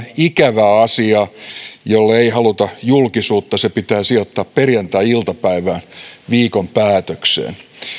ikävää asiaa jolle ei haluta julkisuutta se pitää sijoittaa perjantai iltapäivään viikon päätökseen